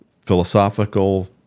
philosophical